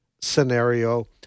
scenario